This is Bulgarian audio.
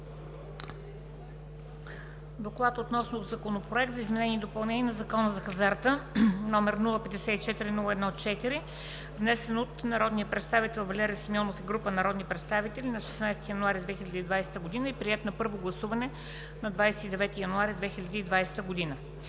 „Доклад относно Законопроект за изменение и допълнение на Закона за хазарта, № 054-01-4, внесен от народния представител Валери Симеонов и група народни представители на 16 януари 2020 г. и приет на първо гласуване на 29 януари 2020 г.